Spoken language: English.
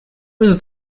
was